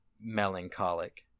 melancholic